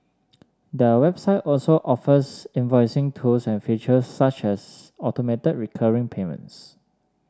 the website also offers invoicing tools and features such as automated recurring payments